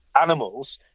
animals